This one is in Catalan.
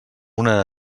una